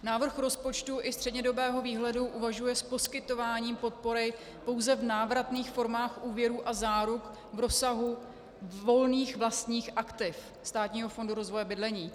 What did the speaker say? Návrh rozpočtu i střednědobého výhledu uvažuje s poskytováním podpory pouze v návratných formách úvěrů a záruk v rozsahu volných vlastních aktiv Státního fondu rozvoje bydlení.